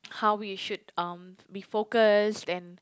how we should um be focused and